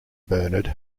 bernard